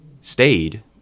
stayed